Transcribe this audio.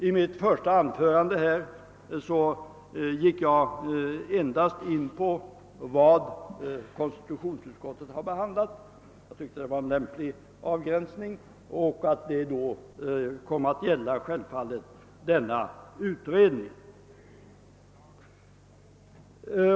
I mitt tidigare anförande gick jag endast in på vad konstitutionsutskottet har behandlat; jag tyckte det var en lämplig avgränsning. Och då kom min framställning självfallet att gälla utredningen.